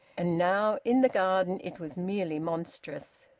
and now in the garden it was merely monstrous.